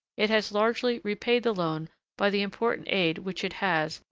it has largely repaid the loan by the important aid which it has,